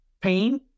pain